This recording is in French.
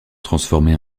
transformés